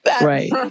Right